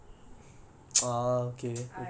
that means like I can be good looking and fat